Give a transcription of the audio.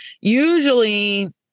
usually